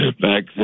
back